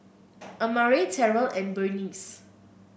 Amare Terell and Berneice